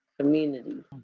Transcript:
community